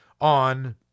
on